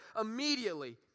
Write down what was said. immediately